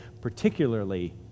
particularly